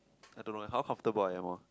I don't know eh how comfortable I am orh